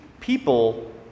people